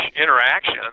interaction